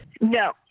No